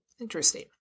interesting